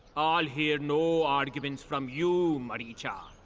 i'll hear no arguments from you, mareecha.